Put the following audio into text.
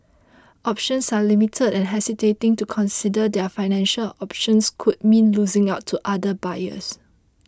options are limited and hesitating to consider their financial options could mean losing out to other buyers